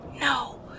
No